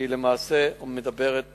מדברת